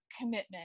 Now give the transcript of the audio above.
commitment